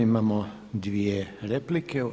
Imamo dvije replike.